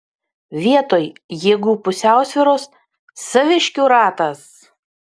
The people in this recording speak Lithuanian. vietoj jėgų pusiausvyros saviškių ratas